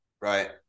Right